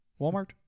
Walmart